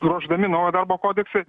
ruošdami naują darbo kodeksą